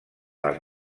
les